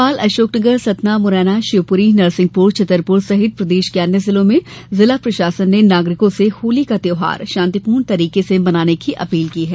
भोपाल अशोकनगर सतना मुरैना शिवपुरी नरसिंहपुर छतरपुर सहित प्रदेश के अन्य जिलों में जिला प्रशासन ने नागरिकों से होली का त्यौहार शांतिपुर्ण तरीके से मनाने की अपील की है